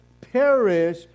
perish